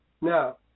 Now